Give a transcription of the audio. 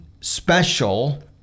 special